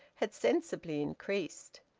had sensibly increased.